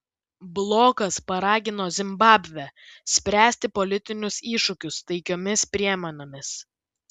blokas paragino zimbabvę spręsti politinius iššūkius taikiomis priemonėmis